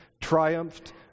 Triumphed